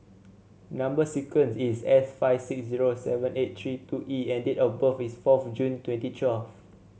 number sequence is S five six zero seven eight three two E and date of birth is fourth June twenty twelve